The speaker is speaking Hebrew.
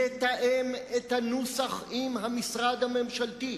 לתאם את הנוסח עם המשרד הממשלתי,